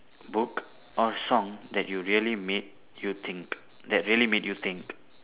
book or song that you really made you think that really made you think